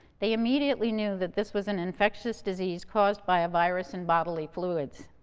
they immediately knew that this was an infectious disease caused by a virus and bodily fluids.